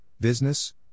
Business